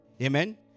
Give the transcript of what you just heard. Amen